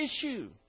issue